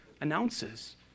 announces